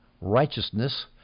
righteousness